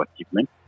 achievement